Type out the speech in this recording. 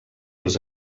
els